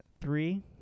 three